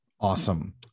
Awesome